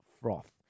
froth